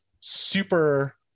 super